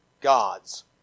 God's